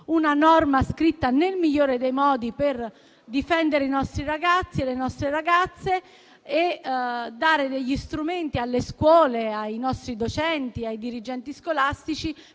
una norma scritta nel migliore dei modi per difendere i nostri ragazzi e le nostre ragazze, fornendo degli strumenti alle scuole, ai nostri docenti e ai dirigenti scolastici